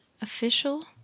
official